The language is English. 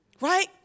right